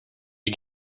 you